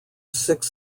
six